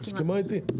מסכימה איתי?